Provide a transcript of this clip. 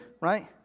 right